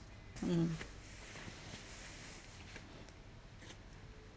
mm